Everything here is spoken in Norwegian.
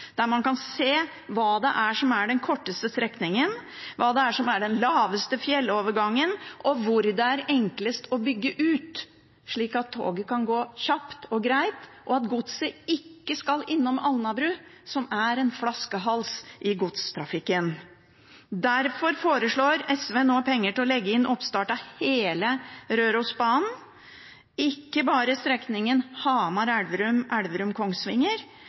der man kan se hva som er den korteste strekningen, hva som er den laveste fjellovergangen, og hvor det er enklest å bygge ut, slik at toget kan gå kjapt og greit, og at godset ikke skal innom Alnabru, som er en flaskehals i godstrafikken. Derfor foreslår SV nå penger til å legge inn oppstart av hele Rørosbanen – ikke bare strekningen Hamar–Elverum–Kongsvinger, som vil gjøre at man lager en ny flaskehals på Hamar